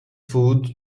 foot